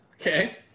Okay